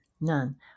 none